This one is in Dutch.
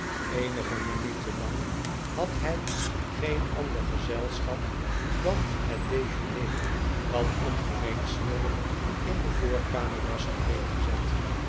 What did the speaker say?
eenige minuten lang had hij geen ander gezelschap dan het dejeuner dat ongemeen sierlijk in de voorkamer was gereed gezet